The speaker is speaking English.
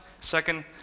Second